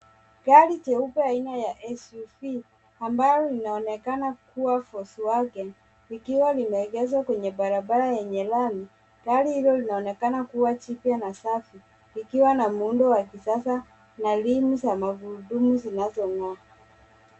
Gari jeupe aina ya SUV ambalo linaonekana kuwa Volkswagen likiwa lime egezwa kwenye barabara lenye lami. Gari hilo lina onekana kuwa jipya na safi likiwa na muundo wa kisasa na rimu za magurudumu zinazong'aa